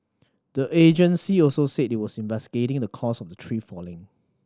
the agency also said it was investigating the cause of the tree falling